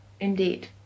indeed